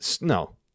No